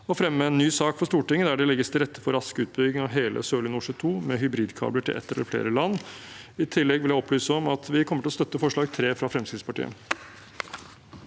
å fremme en ny sak for Stortinget der det legges til rette for rask utbygging av hele Sørlige Nordsjø II med hybridkabler til et eller flere land.» I tillegg vil jeg opplyse om at vi kommer til å støtte forslag nr. 3, fra Fremskrittspartiet.